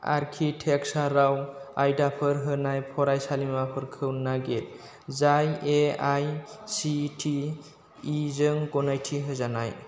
आर्किटेकसारआव आयदाफोर होनाय फरायसालिमाफोरखौ नागिर जाय एआईसिटिइ जों गनायथि होजानाय